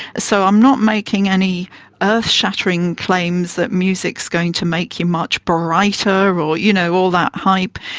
so i'm not making any earth-shattering claims that music is going to make you much brighter or you know all that hype,